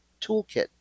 toolkit